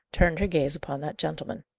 turned her gaze upon that gentleman.